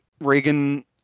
reagan